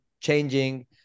changing